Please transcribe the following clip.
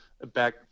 back